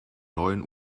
neun